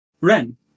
Ren